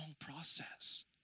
process